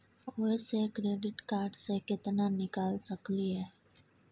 ओयसे credit card से केतना निकाल सकलियै?